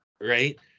right